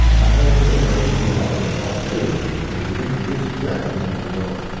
i told her there would be another result, too it would introduce death into the world.